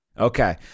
Okay